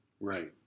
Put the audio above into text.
right